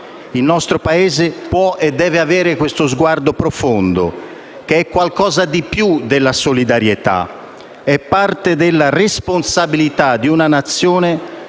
Il nostro Paese può e deve avere questo sguardo profondo, che è qualcosa di più della solidarietà: è parte della responsabilità di una Nazione